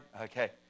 Okay